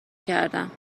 کردم